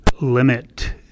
limit